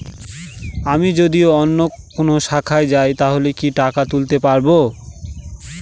আমি যদি অন্য কোনো শাখায় যাই তাহলে কি টাকা তুলতে পারব?